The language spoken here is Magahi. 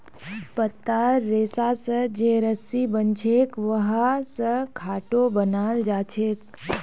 पत्तार रेशा स जे रस्सी बनछेक वहा स खाटो बनाल जाछेक